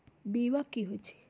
बीमा कि होई छई?